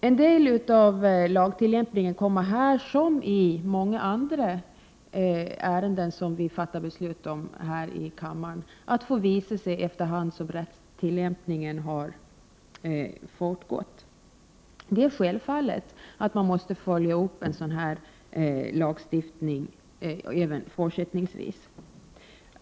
Praxis i detta ärende, som i många andra ärenden som vi fattar beslut om här i riksdagen, får visa sig allteftersom rättstillämpningen har fortgått. Det är självklart att man måste följa upp en sådan här lagstiftning fortsättningsvis.